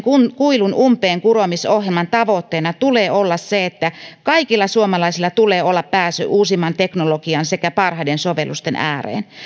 kuilun umpeenkuromisohjelman tavoitteena tulee olla se että kaikilla suomalaisilla tulee olla pääsy uusimman teknologian sekä parhaiden sovellusten ääreen